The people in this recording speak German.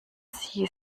sie